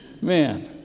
Man